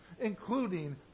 including